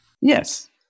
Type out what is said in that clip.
Yes